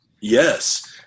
yes